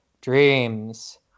Dreams